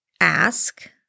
ask